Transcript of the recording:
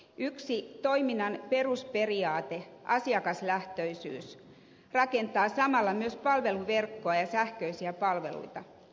yhden toiminnan perusperiaatteen asiakaslähtöisyyden nojalla rakennetaan samalla myös palveluverkkoa ja sähköisiä palveluita